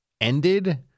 ended